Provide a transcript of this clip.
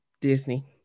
Disney